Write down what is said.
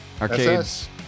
Arcades